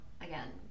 again